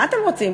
מה אתם רוצים,